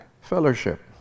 fellowship